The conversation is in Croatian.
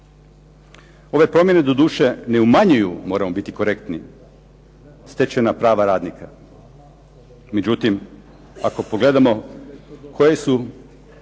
Ove promjene doduše ne umanjuju moramo biti korektni stečena prava radnika. Međutim, ako pogledamo koja su